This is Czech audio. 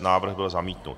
Návrh byl zamítnut.